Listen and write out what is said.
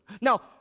Now